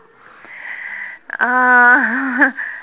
uh